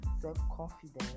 self-confidence